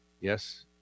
yes